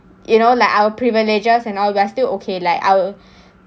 you know like our privileges and all we're still okay like our